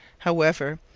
however,